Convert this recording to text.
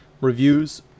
reviews